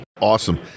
Awesome